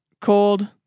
cold